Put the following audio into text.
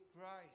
Christ